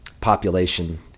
population